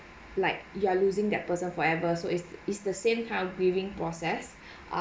like you are losing that person forever so it's it's the same kind of grieving process